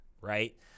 Right